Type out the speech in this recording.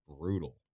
brutal